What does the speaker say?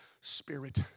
spirit